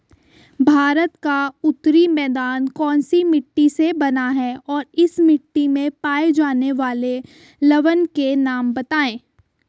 भारत का उत्तरी मैदान कौनसी मिट्टी से बना है और इस मिट्टी में पाए जाने वाले लवण के नाम बताइए?